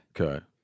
Okay